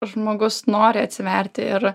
žmogus nori atsiverti ir